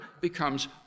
becomes